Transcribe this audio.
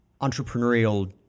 entrepreneurial